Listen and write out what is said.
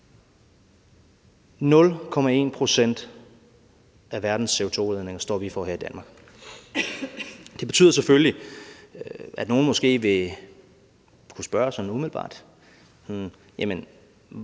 0,1 pct. af verdens CO2-udledning står vi for her i Danmark. Det betyder selvfølgelig, at nogle måske vil sige sådan umiddelbart: Jamen